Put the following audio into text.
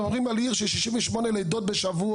אתם מדברים על עיר של שישים ושמונה לידות בשבוע,